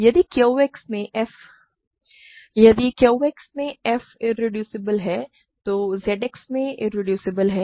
यदि Q X में f reducible है तो Z X में रिड्यूसिबल है